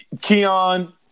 Keon